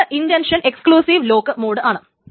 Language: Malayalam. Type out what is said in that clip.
അത് ഇന്റൻഷൻ എക്സ്ക്ളൂസിവ് ലോക്കു മോഡ് ആണ്